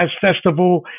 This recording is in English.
Festival